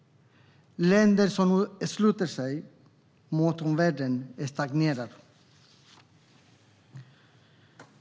Länder som sluter sig mot omvärlden stagnerar.